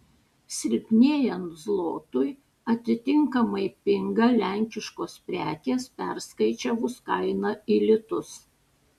silpnėjant zlotui atitinkamai pinga lenkiškos prekės perskaičiavus kainą į litus